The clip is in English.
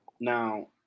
Now